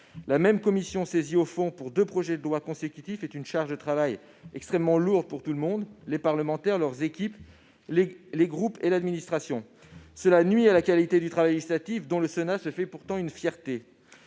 La même commission est saisie au fond pour deux textes consécutifs, ce qui représente une charge de travail extrêmement lourde pour tout le monde : les parlementaires, leurs équipes, les groupes et l'administration. Cela nuit à la qualité du travail législatif, dont le Sénat se fait pourtant une fierté.